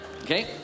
Okay